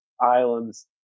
islands